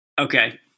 okay